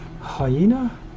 Hyena